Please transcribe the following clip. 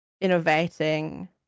innovating